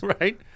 Right